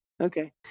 Okay